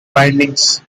bindings